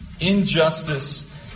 Injustice